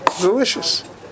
Delicious